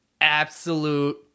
Absolute